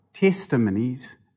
testimonies